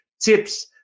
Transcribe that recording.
tips